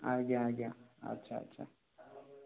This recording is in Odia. ଆଜ୍ଞା ଆଜ୍ଞା ଆଚ୍ଛା ଆଚ୍ଛା